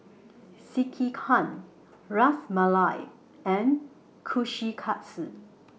Sekihan Ras Malai and Kushikatsu